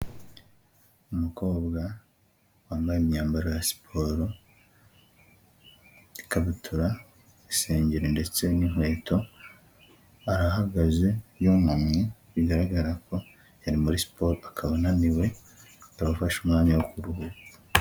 Umukobwa wambaye imyambaro ya siporo ikabutura, isengeri ndetse n'inkweto arahagaze yunamye bigaragara ko yari muri siporo akaba ananiwe akaba afashe umwanya wo kuruhuka.